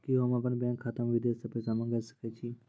कि होम अपन बैंक खाता मे विदेश से पैसा मंगाय सकै छी?